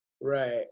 right